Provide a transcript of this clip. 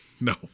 no